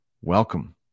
Welcome